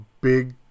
big